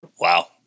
Wow